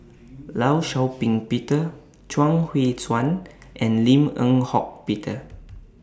law Shau Ping Peter Chuang Hui Tsuan and Lim Eng Hock Peter